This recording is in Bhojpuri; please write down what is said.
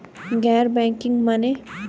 गैर बैंकिंग माने?